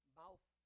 mouth